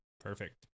Perfect